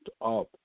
up